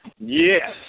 Yes